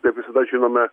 bet visada žinome